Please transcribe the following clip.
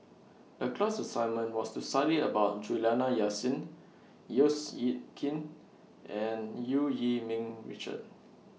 The class assignment was to study about Juliana Yasin Seow Yit Kin and EU Yee Ming Richard